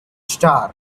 star